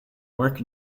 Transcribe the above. work